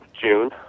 June